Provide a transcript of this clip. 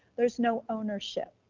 there's no ownership.